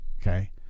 Okay